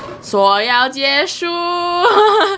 说要结束